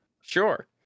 sure